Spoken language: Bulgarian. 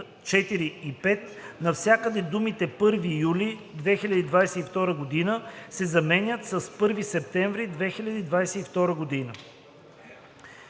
4 и 5 навсякъде думите „1 юли 2022 г.“ се заменят с „1 септември 2022 г.“